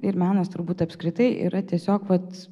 ir menas turbūt apskritai yra tiesiog vat